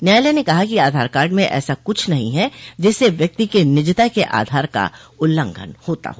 न्यायालय ने कहा कि आधार कार्ड में ऐसा कुछ नहीं है जिससे व्यक्ति के निजता के अधिकार का उल्लंघन होता हो